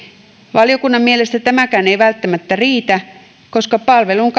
valiokunnan mielestä tämäkään ei välttämättä riitä koska palvelun